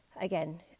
again